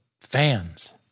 Fans